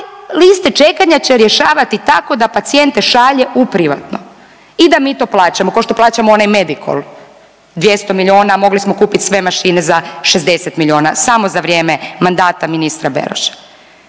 liste čekanja će rješavati tako da pacijente šalje u privatno i da mi to plaćamo ko što plaćamo onaj Medikol 200 miliona, a mogli smo kupiti sve mašine za 60 miliona samo za vrijeme mandata ministra Beroša.